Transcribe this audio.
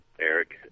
Eric